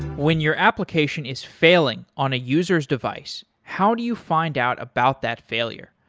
when your application is failing on a user's device, how do you find out about that failure?